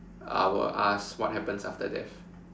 I will ask what happens after death